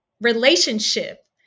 relationship